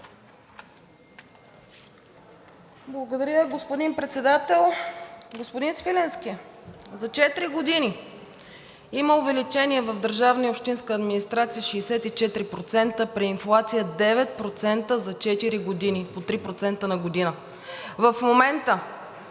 Благодаря, господин Председател. Господин Свиленски, за четири години има увеличение в държавната и общинската администрация с 64% при инфлация 9%, за четири години – по 3% на година. В момента